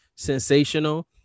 sensational